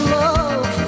love